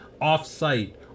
off-site